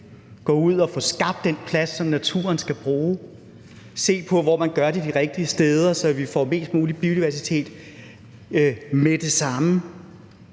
gå ud og få skabt den plads, som naturen skal bruge, og se på, hvor man gør det de rigtige steder, så vi får mest mulig biodiversitet med det samme.